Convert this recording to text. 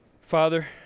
Father